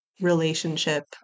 relationship